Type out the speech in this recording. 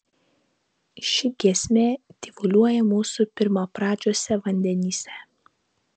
ši giesmė tyvuliuoja mūsų pirmapradžiuose vandenyse